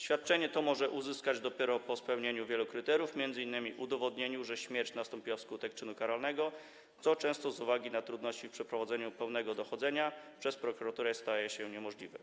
Świadczenie to wdowa może uzyskać dopiero po spełnieniu wielu kryteriów, m.in. udowodnieniu, że śmierć nastąpiła na skutek czynu karalnego, co często z uwagi na trudności w przeprowadzeniu pełnego dochodzenia przez prokuraturę staje się niemożliwe.